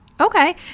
okay